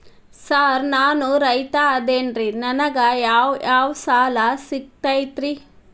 Sir ನಾನು ರೈತ ಅದೆನ್ರಿ ನನಗ ಯಾವ್ ಯಾವ್ ಸಾಲಾ ಸಿಗ್ತೈತ್ರಿ?